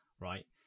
right